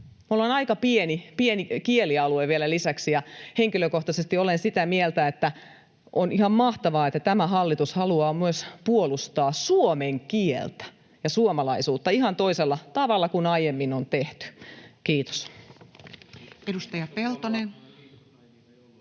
Me ollaan aika pieni kielialue vielä lisäksi, ja henkilökohtaisesti olen sitä mieltä, että on ihan mahtavaa, että tämä hallitus haluaa myös puolustaa suomen kieltä ja suomalaisuutta ihan toisella tavalla kuin aiemmin on tehty. — Kiitos.